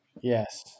Yes